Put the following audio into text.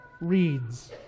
reads